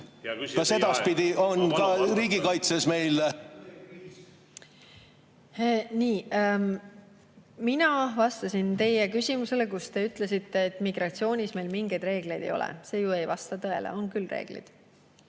Kas edaspidi on ka riigikaitses meil tõekriis? Mina vastasin teie küsimusele, kus te ütlesite, et migratsioonis meil mingeid reegleid ei ole. See ju ei vasta tõele, on küll reeglid.